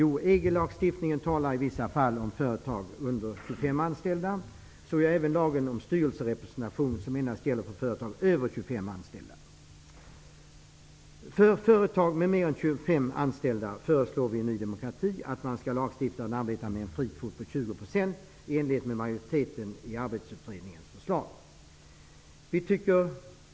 I EG-lagstiftningen talas i vissa fall om företag med färre än 25 anställda. Så är det även i lagen om styrelserepresentation, som endast gäller företag med över 25 anställda. Vi i Ny demokrati föreslår att det för företag med fler än 25 anställda skall lagstiftas att de skall ha en frikvot på 20 % i enlighet med vad som föreslagits av en majoritet i Arbetsrättsutredningen.